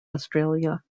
australia